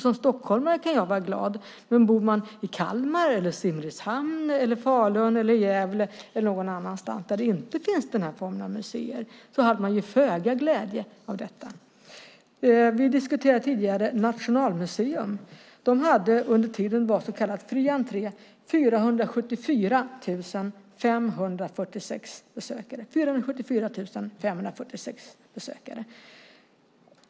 Som stockholmare kunde jag vara glad, men bodde man i Kalmar, Simrishamn, Falun eller Gävle eller någon annanstans där den här formen av museer inte finns hade man föga glädje av detta. Vi diskuterade tidigare Nationalmuseum. De hade under den tid då det var så kallad fri entré 474 546 besökare.